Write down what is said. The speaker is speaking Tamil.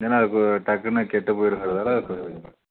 ஏன்னா அது டக்குனு கெட்டு போயிடுறதுனால அது கொஞ்சம்